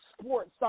sports